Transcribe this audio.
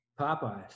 Popeyes